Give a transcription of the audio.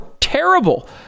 terrible